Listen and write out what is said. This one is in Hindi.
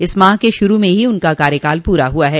इस माह के शुरू में ही उनका कार्यकाल पूरा हुआ है